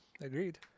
agreed